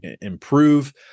improve